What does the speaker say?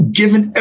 given